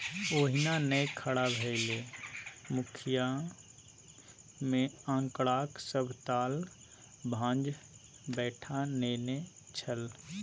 ओहिना नै खड़ा भेलै मुखिय मे आंकड़ाक सभ ताल भांज बैठा नेने छल